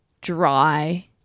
dry